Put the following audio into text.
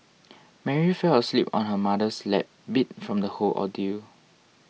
Mary fell asleep on her mother's lap beat from the whole ordeal